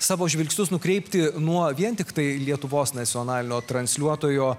savo žvilgsnius nukreipti nuo vien tiktai lietuvos nacionalinio transliuotojo